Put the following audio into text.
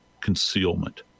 concealment